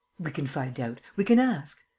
we can find out. we can ask.